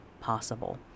possible